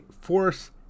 force